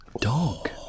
Dog